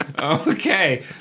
Okay